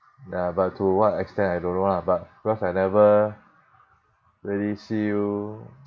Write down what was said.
ya but to what extent I don't know lah but because I never really see you